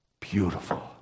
Beautiful